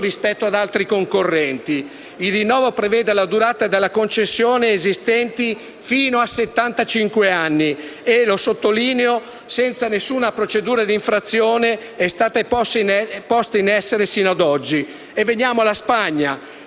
Il rinnovo prevede la durata delle concessioni esistenti fino a settantacinque anni e, lo sottolineo, nessuna procedura d'infrazione è stata posta in essere sino ad oggi.